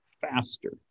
faster